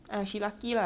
she